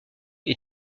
est